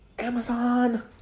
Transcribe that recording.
Amazon